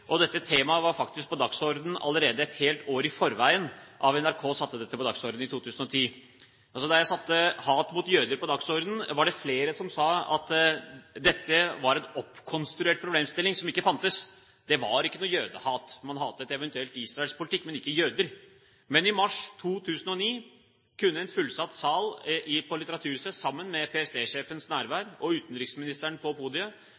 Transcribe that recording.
og dette temaet var faktisk på dagsordenen allerede et helt år før NRK satte det på dagsordenen i 2010. Da jeg satte «Hat mot jøder» på dagsordenen, var det flere som sa at dette var en oppkonstruert problemstilling som ikke fantes. Det er ikke noe jødehat. Man hatet eventuelt Israels politikk, men ikke jøder. Men i mars 2009 kunne en fullsatt sal på Litteraturhuset i PST-sjefens nærvær og med utenriksministeren på podiet